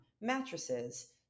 mattresses